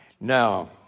Now